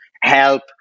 help